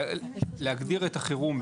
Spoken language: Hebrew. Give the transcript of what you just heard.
להגדיר את החירום,